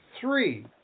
three